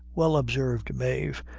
well, observed mave,